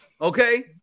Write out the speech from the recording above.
okay